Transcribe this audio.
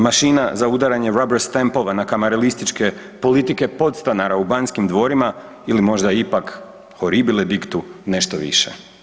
Mašina za udaranje rubber stampovane kameralističke politike podstanara u Banskim dvorima ili možda ipak horibile dictu, nešto više?